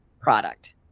product